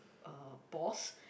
uh boss